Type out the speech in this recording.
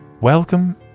Welcome